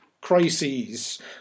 crises